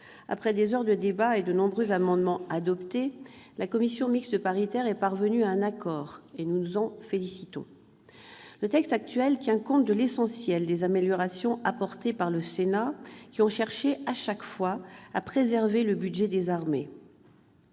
après des heures de débat et de nombreux amendements adoptés, la commission mixte paritaire est parvenue à un accord, et nous nous en félicitons. Le texte actuel tient compte de l'essentiel des améliorations apportées par le Sénat, qui a cherché, à chaque fois, à préserver le budget des armées.